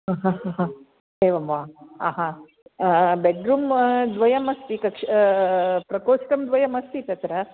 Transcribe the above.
एवं वा आहा बेड्रूम् द्वयमस्ति कक्ष् प्रकोष्टं द्वयमस्ति तत्र